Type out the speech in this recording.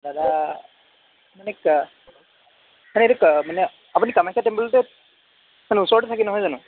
দাদা মানে কা মানে এইটো কা মানে আপুনি কামাখ্যা টেম্পলতে মানে ওচৰতে থাকে নহয় জানো